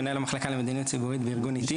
מנהל המחלקה למדיניות ציבורית בארגון עיתים.